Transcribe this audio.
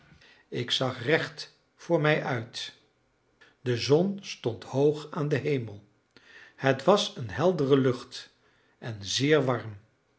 ik zag recht voor mij uit de zon stond hoog aan den hemel het was een heldere lucht en zeer warm